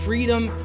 freedom